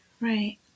Right